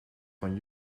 van